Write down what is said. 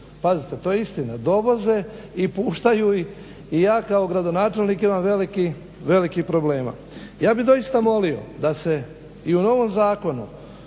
Pazite, to je istina, dovoze i puštaju ih i ja kao gradonačelnik imam velikih, velikih problema. Ja bi doista volio da se i u novom zakonu